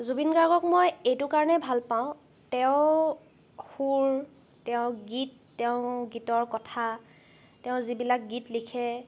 জুবিন গাৰ্গক মই এইটো কাৰণে ভাল পাওঁ তেওঁৰ সুৰ তেওঁৰ গীত তেওঁৰ গীতৰ কথা তেওঁ যিবিলাক গীত লিখে